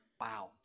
wow